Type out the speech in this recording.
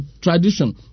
tradition